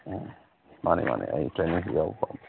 ꯎꯝ ꯃꯥꯅꯦ ꯃꯥꯅꯦ ꯑꯩ ꯇ꯭ꯔꯦꯅꯤꯡꯁꯦ ꯌꯥꯎꯕ ꯄꯥꯝꯕ